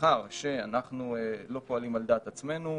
מאחר שאנחנו לא פועלים על דעת עצמנו,